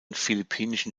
philippinischen